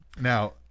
Now